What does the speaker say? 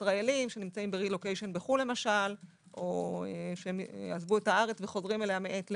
ישראליים שנמצאים ברילוקיישן בחו"ל או שעזבו את הארץ וחוזרים מעת לעת,